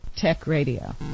TechRadio